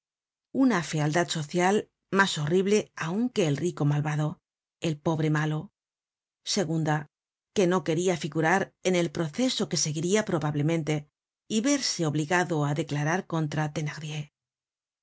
una fealdad social mas horrible aun que el rico malvado el pobre malo segunda que no queria figurar en el proceso que seguiría probablemente y verse obligado á declarar contra